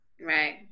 right